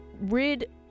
rid